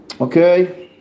Okay